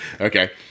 Okay